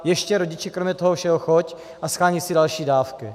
Ještě, rodiči, kromě toho všeho choď a sháněj si další dávku.